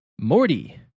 Morty